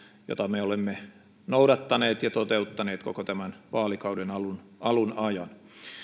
jota me olemme noudattaneet ja toteuttaneet koko tämän vaalikauden alun alun ajan